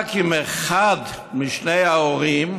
רק אם אחד משני ההורים,